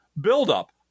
buildup